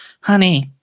honey